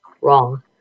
wrong